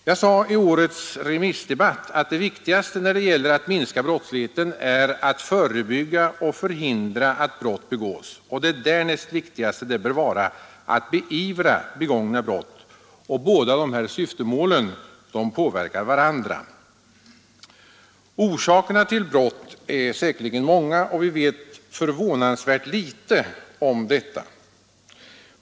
Jag sade i årets remissdebatt att det viktigaste när det gäller att minska brottsligheten är att förebygga och förhindra att brott begås och att det därnäst viktigaste bör vara att beivra begångna brott. Dessa båda syften påverkar varandra. Orsakerna till brott är säkerligen många, och vi vet förvånansvärt litet om dem.